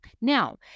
now